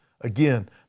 Again